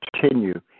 continue